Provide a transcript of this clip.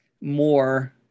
more